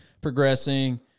progressing